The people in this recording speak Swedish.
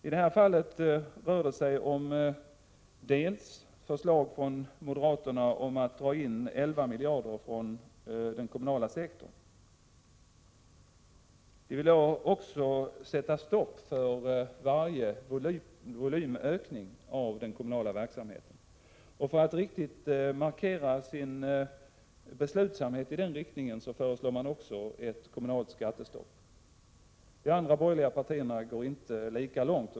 I det här fallet rör det sig om förslag från moderaterna om att dra in 11 miljarder från den kommunala sektorn. De vill också sätta stopp för varje volymökning av den kommunala verksamheten. Och för att riktigt markera sin beslutsamhet i den riktningen föreslår man också ett kommunalt skattestopp. De andra borgerliga partierna går inte lika långt.